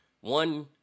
one